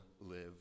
live